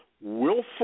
willful